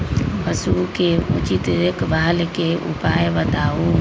पशु के उचित देखभाल के उपाय बताऊ?